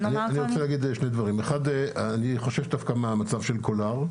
אני רוצה להגיד שני דברים: אחד - אני חושש דווקא מהמצב של קולר.